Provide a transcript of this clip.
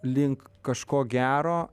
link kažko gero